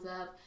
up